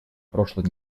прошлой